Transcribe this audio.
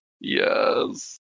yes